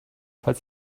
falls